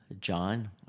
John